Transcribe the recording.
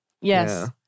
Yes